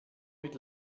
mit